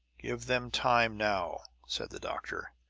give them time now, said the doctor,